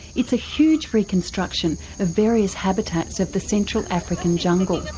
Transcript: it's a huge reconstruction of various habitats of the central african jungle.